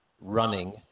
Running